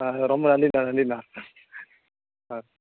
ஆ ரொம்ப நன்றிண்ணா நன்றிண்ணா ஆ